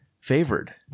favored